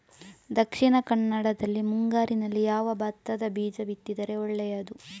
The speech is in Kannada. ದಕ್ಷಿಣ ಕನ್ನಡದಲ್ಲಿ ಮುಂಗಾರಿನಲ್ಲಿ ಯಾವ ಭತ್ತದ ಬೀಜ ಬಿತ್ತಿದರೆ ಒಳ್ಳೆಯದು?